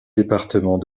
département